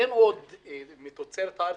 אין עוד שמן זית תוצרת הארץ,